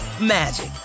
magic